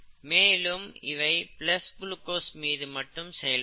மேலும் இவை plus glucose மீது மட்டும் செயல்படும் மைனஸ் குளுக்கோஸின் மீது செயல்படாது